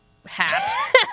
hat